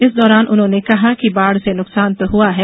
इस दौरान उन्होंने कहा कि बाढ़ से नुकसान तो हुआ है